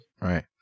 Right